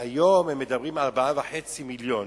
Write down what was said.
והיום הם מדברים על 4.5 מיליונים.